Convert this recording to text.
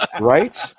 right